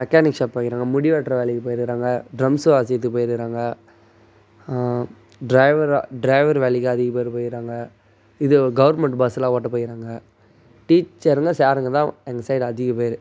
mechanic shop போயிருக்கிறாங்க முடிவெட்டுற வேலைக்கு போயிருக்கிறாங்க ட்ரம்ஸ்ஸு வாசிக்கிறதுக்கு போயிருக்கிறாங்க ட்ரைவராக ட்ரைவர் வேலைக்கு அதிகம் பேர் போயிருக்கிறாங்க இது கவர்மெண்ட் பஸ்ஸெல்லாம் ஓட்ட போயிருக்கிறாங்க டீச்சருங்க சாருங்க தான் எங்கள் சைடு அதிகம் பேர்